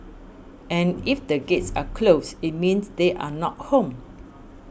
and if the gates are closed it means they are not home